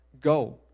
go